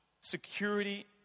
security